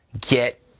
get